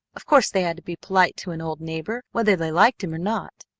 of course they had to be polite to an old neighbor whether they liked him or not.